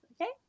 Okay